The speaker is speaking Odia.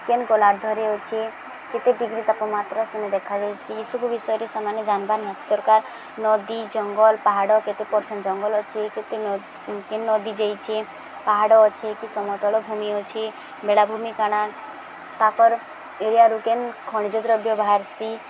କେନ୍ ଗୋଲାର୍ଦ୍ଧରେ ଧରି ଅଛି କେତେ ଡିଗ୍ରୀ ତାପମାତ୍ର ସେନେ ଦେଖାଯାଇସି ଏସବୁ ବିଷୟରେ ସେମାନେ ଜାନବା ନିହାତି ଦରକାର ନଦୀ ଜଙ୍ଗଲ ପାହାଡ଼ କେତେ ପର୍ସେଣ୍ଟ ଜଙ୍ଗଲ ଅଛି କେନ କେନ୍ ନଦୀ ଯାଇଛି ପାହାଡ଼ ଅଛେ କି ସମତଳ ଭୂମି ଅଛି ବେଳାଭୂମି କାଣା ତାକର ଏରିଆରୁ କେନ୍ ଖଣିଜଦ୍ରବ୍ୟ ବାହାରସି